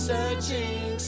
Searching